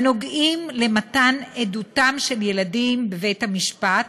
הנוגעים למתן עדותם של ילדים בבית-המשפט,